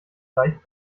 leicht